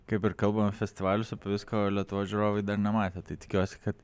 kaip ir kalbama festivaliuose po visko o lietuvos žiūrovai dar nematė tai tikiuosi kad